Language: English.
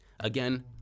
again